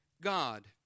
God